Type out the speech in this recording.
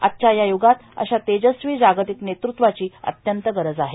आजच्या या युगात अशा तेजस्वी जागतिक नेतृत्वाची अत्यंत गरज आहे